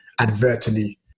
advertently